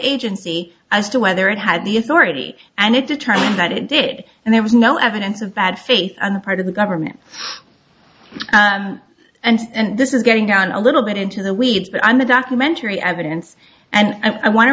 agency as to whether it had the authority and it determined that it did and there was no evidence of bad faith on the part of the government and this is getting on a little bit into the weeds but on the documentary evidence and i want to